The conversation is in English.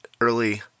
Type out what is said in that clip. early